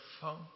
phone